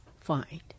find